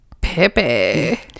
Pepe